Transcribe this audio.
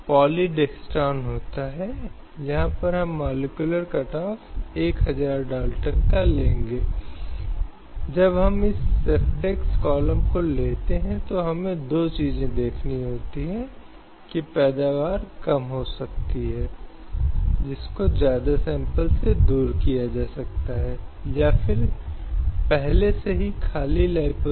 इसलिए यह निर्धारित किया गया है कि जब हम जीवन की बात कर रहे हैं तो हमारा मतलब केवल पशु अस्तित्व नहीं है यह केवल एक पशुवत अस्तित्व से बहुत अधिक है जो जीवन की न्यूनतम आवश्यकताओं पर आधारित है